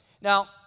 Now